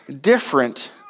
different